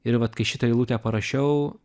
ir vat kai šitą eilutę parašiau